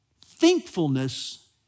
thankfulness